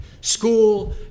school